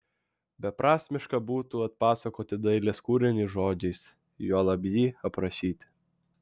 beprasmiška būtų atpasakoti dailės kūrinį žodžiais juolab jį aprašyti